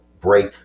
break